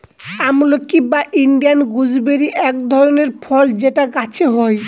আমলকি বা Indian gooseberry এক ধরনের ফল যেটা গাছে হয়